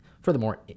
Furthermore